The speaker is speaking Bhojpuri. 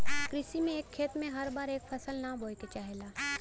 कृषि में एक खेत में हर बार एक फसल ना बोये के चाहेला